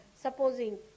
Supposing